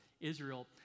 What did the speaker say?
Israel